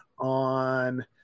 on